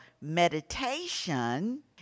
meditation